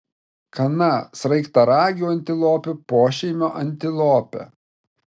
kana sraigtaragių antilopių pošeimio antilopė